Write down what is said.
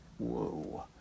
Whoa